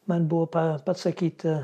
man buvo pasakyta